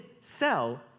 sell